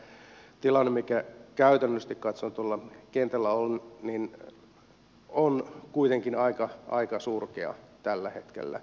mutta tämä tilanne mikä käytännöllisesti katsoen tuolla kentällä on on kuitenkin aika surkea tällä hetkellä